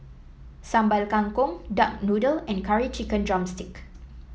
Sambal Kangkong Duck Noodle and Curry Chicken drumstick